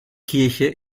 kirche